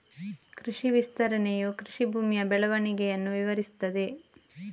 ಕೃಷಿ ವಿಸ್ತರಣೆಯು ಕೃಷಿ ಭೂಮಿಯ ಬೆಳವಣಿಗೆಯನ್ನು ವಿವರಿಸುತ್ತದೆ